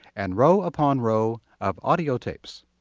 and row upon row of audiotapes.